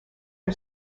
are